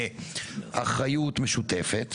היא נכשלה, כי היא לא הייתה מספיק חזקה.